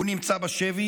והוא נמצא בשבי